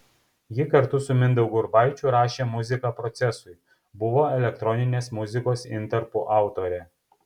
ji kartu su mindaugu urbaičiu rašė muziką procesui buvo elektroninės muzikos intarpų autorė